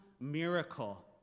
miracle